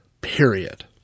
period